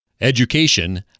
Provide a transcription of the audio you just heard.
Education